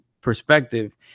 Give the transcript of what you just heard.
perspective